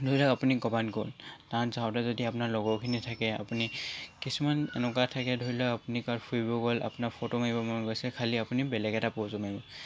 ধৰি লওক আপুনি ক'ৰবাত গ'ল তাত যাওঁতে যদি আপোনাৰ লগৰখিনি থাকে আপুনি কিছুমান এনেকুৱা থাকে ধৰি লওক আপুনি ক'ৰবাত ফুৰিব গ'ল আপোনাৰ ফটো মাৰিব মন গৈছে খালি আপুনি বেলেগ এটা প'জত মাৰিব